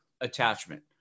attachment